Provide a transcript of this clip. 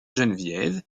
geneviève